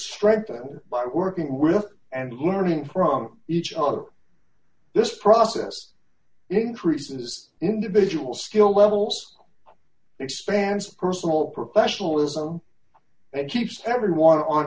strengthened by working and learning from each other this process increases individual skill levels expands personal professionalism and keeps everyone on